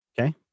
Okay